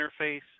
interface